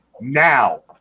now